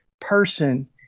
person